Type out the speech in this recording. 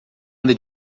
anda